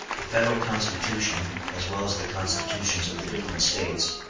the federal constitution, as well as the constitutions of the different states,